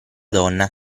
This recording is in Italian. donna